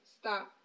stop